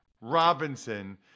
Robinson